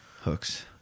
hooks